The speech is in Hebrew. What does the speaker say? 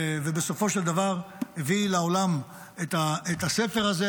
ובסופו של דבר הביא לעולם את הספר הזה,